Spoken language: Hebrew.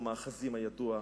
המאחזים הידוע,